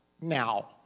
now